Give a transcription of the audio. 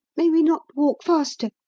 may we not walk faster?